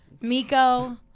Miko